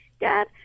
Dad